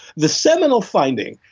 the seminal finding,